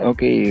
Okay